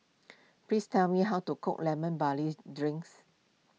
please tell me how to cook Lemon Barley Drinks